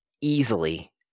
easily